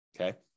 Okay